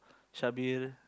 syabil